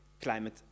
climate